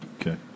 Okay